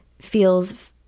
feels